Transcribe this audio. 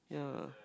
yeah